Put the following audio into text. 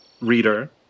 Reader